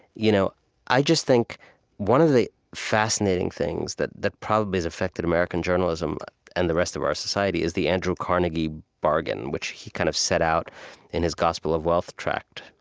you know i just think one of the fascinating things that that probably has affected american journalism and the rest of our society is the andrew carnegie bargain, which he kind of set out in his gospel of wealth tract,